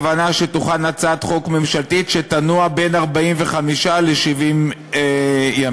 הצעת חוק הפיקוח על שירותים פיננסיים (קופות גמל) (תיקון,